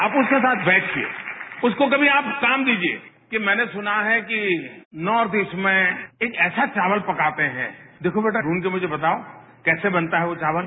आप उसके साथ बैठिए उसको आप कभी काम दीजिए कि मैने सुना है कि नॉर्थ ईस्ट में एक ऐसा चावल पकाते हैं देखो बेटा ढूंढ कर मुझ बताओं कैसे बनता है वो चावल